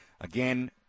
again